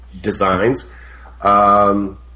designs